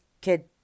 kid